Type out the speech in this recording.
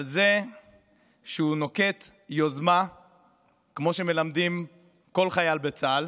על זה שהוא נוקט יוזמה כמו שמלמדים כל חייל בצה"ל